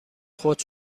خود